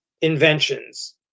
inventions